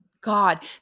God